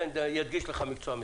אני אסכם בשני נושאים